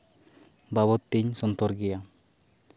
ᱵᱟᱵᱚᱫ ᱛᱤᱧ ᱥᱚᱱᱛᱚᱨ ᱜᱮᱭᱟ